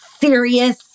serious